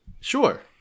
Sure